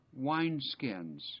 wineskins